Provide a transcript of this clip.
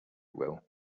will